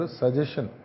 suggestion